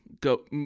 go